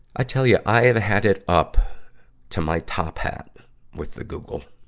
i tell ya, i have had it up to my top hat with the google.